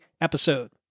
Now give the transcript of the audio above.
episode